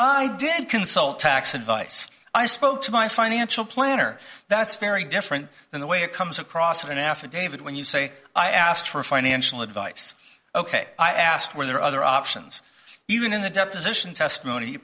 i did consult tax advice i spoke to my financial planner that's very different than the way it comes across in an affidavit when you say i asked for financial advice ok i asked where there are other options even in the deposition testimony it